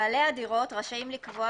בעלי הדירות רשאים לקבוע,